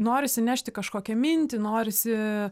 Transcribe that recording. norisi įnešti kažkokią mintį norisi